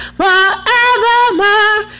forevermore